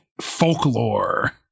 folklore